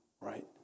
right